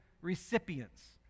recipients